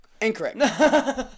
Incorrect